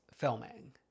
Filming